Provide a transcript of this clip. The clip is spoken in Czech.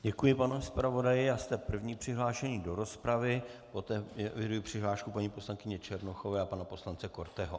Děkuji, pane zpravodaji, a jste první přihlášený do rozpravy, poté eviduji přihlášku paní poslankyně Černochové a pana poslance Korteho.